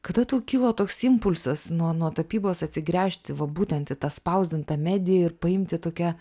kada tau kilo toks impulsas nuo nuo tapybos atsigręžti va būtent į tą spausdintą mediją ir paimti tokią